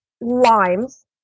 limes